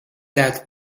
that